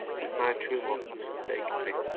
since my true love has forsaken me.